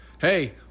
Hey